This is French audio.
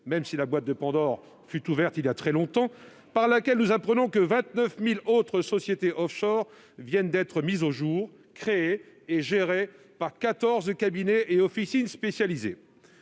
que la boîte de Pandore ait été ouverte il y a déjà bien longtemps -par laquelle nous apprenons que 29 000 autres sociétés offshore viennent d'être mises au jour, créées et gérées par quatorze cabinets et officines spécialisés.